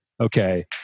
okay